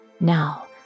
Now